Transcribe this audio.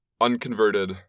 unconverted